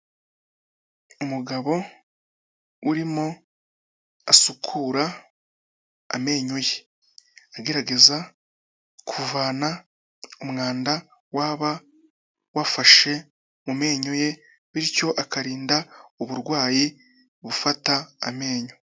Umugabo urimo asukura amenyo ye agerageza kuvana umwanda waba wafashe mu menyo ye. Bityo akarinda uburwayi bufata amenyo.